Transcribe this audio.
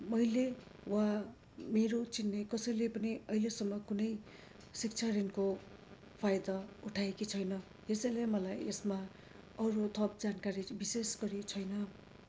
मैले वा मेरो चिन्ने कसैले पनि अहिलेसम्म कुनै शिक्षा ऋणको फाइदा उठाएकी छैन यसैले मलाई यसमा अरू थप जानकारी विशेषगरी छैन